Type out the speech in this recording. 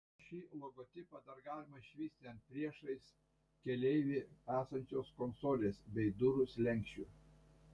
šį logotipą dar galima išvysti ant priešais keleivį esančios konsolės bei durų slenksčių